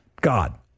God